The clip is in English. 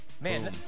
Man